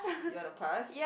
you want to pass